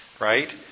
right